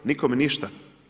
Nikome ništa.